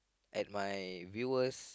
and my viewers